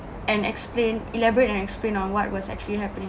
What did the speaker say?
and explain elaborate and explain on what was actually happening